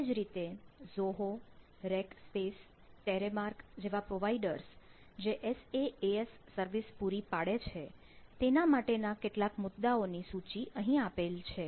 તે જ રીતે zoho Rack space terremark જેવા પ્રોવાઈડર્સ જે SaaS પૂરી પાડે છે તે માટે ના કેટલાક મુદ્દાઓ ની સૂચિ અહીં આપેલ છે